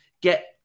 get